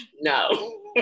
No